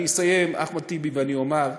אני אסיים, אחמד טיבי, ואני אומר: